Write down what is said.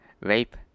rape